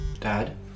Dad